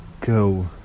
go